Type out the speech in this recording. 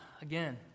again